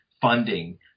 funding